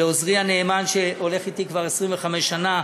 לעוזרי הנאמן, שהולך אתי כבר 25 שנה,